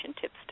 tips